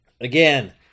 again